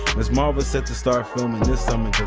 ms. marvel is set to start filming this summer